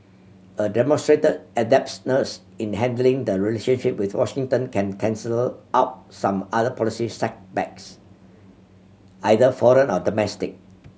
a demonstrated adeptness in handling the relationship with Washington can cancel out some other policy setbacks either foreign or domestic